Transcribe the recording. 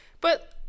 But-